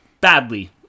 badly